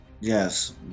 yes